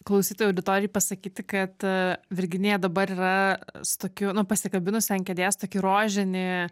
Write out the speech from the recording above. klausytojų auditorijai pasakyti kad virginija dabar yra su tokiu nu pasikabinusi ant kėdės tokį rožinį